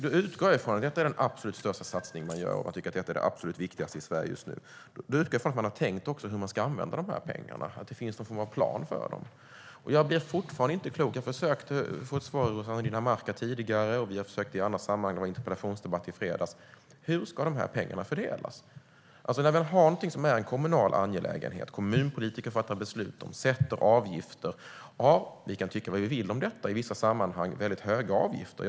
Detta är den absolut största satsningen man gör, och man tycker att det är det absolut viktigaste i Sverige just nu. Jag utgår från att man har tänkt på hur man ska använda pengarna, att det finns någon form av plan för dem. Jag blir fortfarande inte klok. Jag försökte tidigare få ett svar från Rossana Dinamarca, och i fredags var det en interpellationsdebatt. Hur ska pengarna fördelas? Det här är en kommunal angelägenhet. Kommunpolitiker fattar beslut och sätter avgifter. Vi kan tycka vad vi vill om dessa i vissa sammanhang höga avgifter.